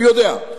אני יודע.